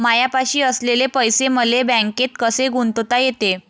मायापाशी असलेले पैसे मले बँकेत कसे गुंतोता येते?